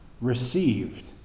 received